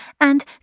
and